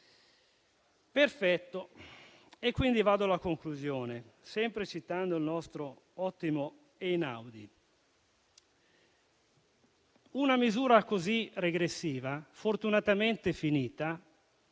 perfetto. In conclusione, sempre citando il nostro ottimo Einaudi, una misura così regressiva, fortunatamente finita,